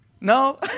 no